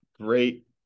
Great